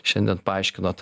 šiandien paaiškinot